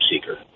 seeker